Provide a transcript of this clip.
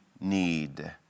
need